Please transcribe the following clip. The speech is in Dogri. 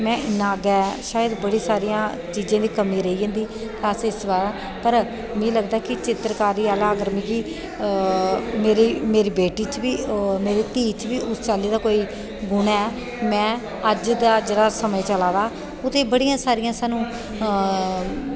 में इन्ना गै बड़ी सारी चीज़ां मिगी इसलै लगदा कि चित्तरकारी आह्ला मिगी लगदा कि मेरी बेटी च बी मेरी धी च बी इस चाल्ली दा गुण ऐ में अज्ज दा जेह्ड़ा समां चला दा ओह् ते बड़ियां सारियां स्हानू